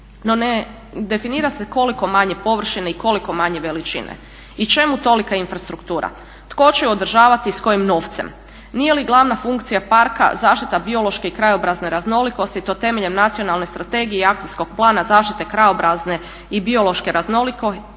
No ne definira se koliko manje površine i koliko manje veličine. I čemu tolika infrastruktura? Tko će je održavati i s kojim novcem? Nije li glavna funkcija parka zaštita biološke i krajobrazne raznolikosti i to temeljem Nacionalne strategije i Akcijskog plana zaštite krajobrazne i biološke raznolikosti